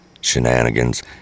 shenanigans